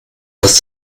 dass